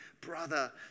Brother